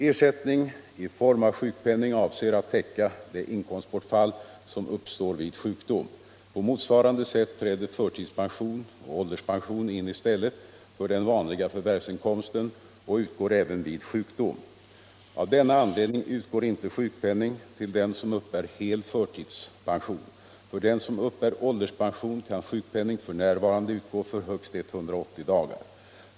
Ersättning i form av sjukpenning avser att täcka det inkomstbortfall som uppstår vid sjukdom. På motsvarande sätt träder förtidspension och ålderspension in i stället för den vanliga förvärvsinkomsten och utgår även vid sjukdom. Av denna anledning utgår inte sjukpenning till den som uppbär hel förtidspension. För den som uppbär ålderspension kan sjukpenning f. n. utgå för högst 180 dagar.